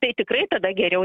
tai tikrai tada geriau